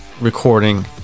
recording